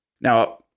Now